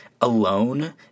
alone